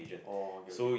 oh okay okay